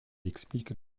explique